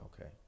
Okay